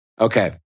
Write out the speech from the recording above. Okay